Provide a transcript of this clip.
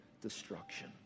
destruction